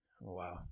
Wow